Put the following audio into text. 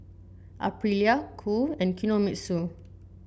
Aprilia Qoo and Kinohimitsu